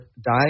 die